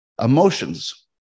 emotions